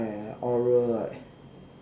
and oral right